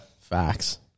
Facts